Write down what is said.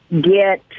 get